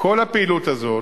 כל הפעילות הזאת,